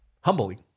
humbly